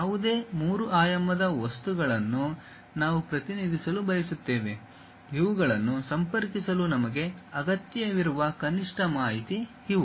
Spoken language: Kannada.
ಯಾವುದೇ ಮೂರು ಆಯಾಮದ ವಸ್ತುಗಳನ್ನು ನಾವು ಪ್ರತಿನಿಧಿಸಲು ಬಯಸುತ್ತೇವೆ ಇವುಗಳನ್ನು ಸಂಪರ್ಕಿಸಲು ನಮಗೆ ಅಗತ್ಯವಿರುವ ಕನಿಷ್ಠ ಮಾಹಿತಿ ಇವು